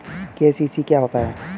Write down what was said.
KCC क्या होता है?